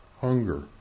hunger